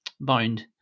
bound